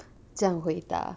这样回答